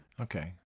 Okay